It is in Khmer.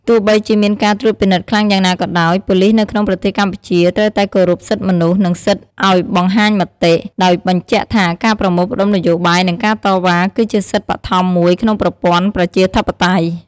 ទោះបីជាមានការត្រួតពិនិត្យខ្លាំងយ៉ាងណាក៏ដោយ ប៉ូលីសនៅក្នុងប្រទេសកម្ពុជា ត្រូវតែគោរពសិទ្ធិមនុស្ស និងសិទ្ធិឲ្យបង្ហាញមតិ ដោយបញ្ជាក់ថាការប្រមូលផ្តុំនយោបាយ និងការតវ៉ា គឺជាសិទ្ធិបឋមមួយក្នុងប្រព័ន្ធប្រជាធិបតេយ្យ។